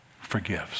forgives